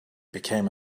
became